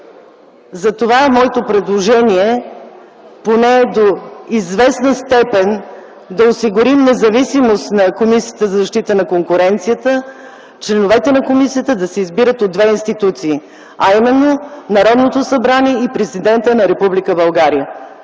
е подменен. Моето предложение е поне до известна степен да осигурим независимост на Комисията за защита на конкуренцията – членовете на комисията да се избират от две институции, а именно Народното събрание и Президента на